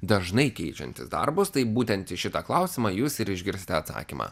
dažnai keičiantis darbus tai būtent į šitą klausimą jūs ir išgirste atsakymą